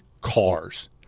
cars